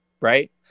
right